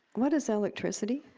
what is electricity?